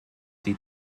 die